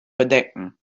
bedecken